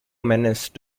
menace